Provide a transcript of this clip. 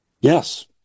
Yes